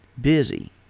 busy